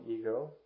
ego